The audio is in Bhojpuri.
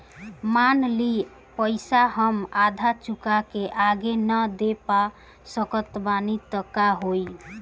मान ली पईसा हम आधा चुका के आगे न दे पा सकत बानी त का होई?